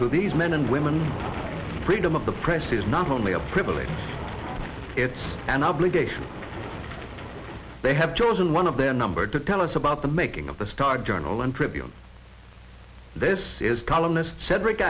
to these men and women freedom of the press is not only a privilege it's an obligation they have chosen one of their number to tell us about the making of the star journal and trivium this is columnist cedric